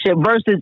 versus